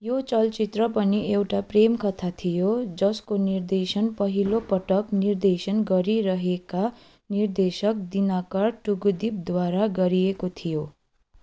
यो चलचित्र पनि एउटा प्रेमकथा थियो जसको निर्देशन पहिलोपटक निर्देशन गरिरहेका निर्देशक दिनाकर टुगुदीपद्वारा गरिएको थियो